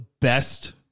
Best